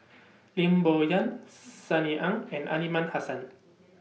Lim Bo Yam Sunny Ang and Aliman Hassan